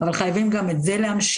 אבל חייבים גם את זה להמשיך.